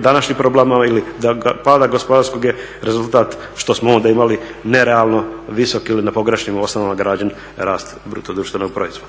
današnji problema … pada gospodarskog je rezultat što smo onda imali nerealno visok ili na pogrešnim osnovama građen rast BDP-a. Dakle hoće